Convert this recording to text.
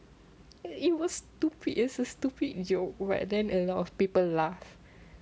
it it was stupid it's a stupid with you right then a lot of people laugh